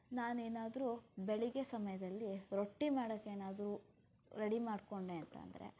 ನಾನೇನಾದರೂ ಬೆಳಗ್ಗೆ ಸಮಯದಲ್ಲಿ ರೊಟ್ಟಿ ಮಾಡೋಕ್ಕೇನಾದ್ರೂ ರೆಡಿ ಮಾಡಿಕೊಂಡೆ ಅಂತ ಅಂದರೆ